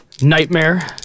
nightmare